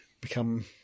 become